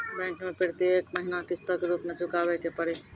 Bank मैं प्रेतियेक महीना किस्तो के रूप मे चुकाबै के पड़ी?